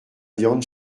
viande